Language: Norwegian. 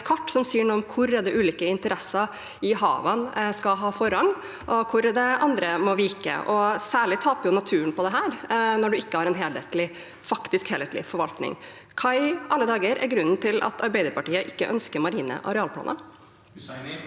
trenger et kart som sier noe om hvor det er de ulike interesser i havene skal ha forrang, og hvor de andre må vike. Særlig taper naturen på dette når en ikke har en faktisk helhetlig forvaltning. Hva i alle dager er grunnen til at Arbeiderpartiet ikke ønsker marine arealplaner?